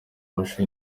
amashusho